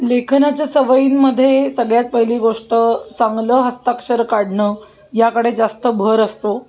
लेखनाच्या सवयींमध्ये सगळ्यात पहिली गोष्ट चांगलं हस्ताक्षर काढणं याकडे जास्त भर असतो